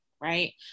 right